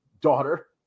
daughter